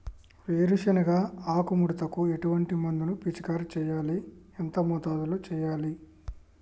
వేరుశెనగ ఆకు ముడతకు ఎటువంటి మందును పిచికారీ చెయ్యాలి? ఎంత మోతాదులో చెయ్యాలి?